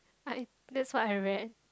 I that's what I read